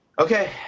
Okay